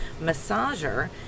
massager